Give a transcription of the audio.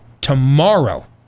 tomorrow